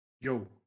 yo